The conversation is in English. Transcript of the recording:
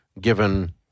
given